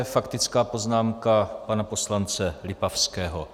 Faktická poznámka pana poslance Lipavského.